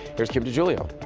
here's kim degiulio.